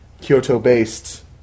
Kyoto-based